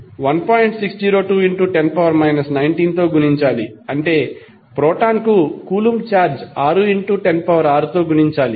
60210 19తో గుణించాలి అంటే ప్రోటాన్కు కూలంబ్ ఛార్జ్ 6106 తో గుణించాలి